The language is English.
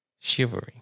shivering